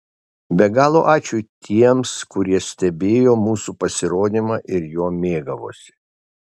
be galo ačiū tiems kurie stebėjo mūsų pasirodymą ir juo mėgavosi